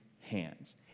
hands